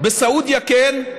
בסעודיה כן,